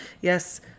Yes